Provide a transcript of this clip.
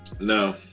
No